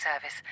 service